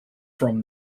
from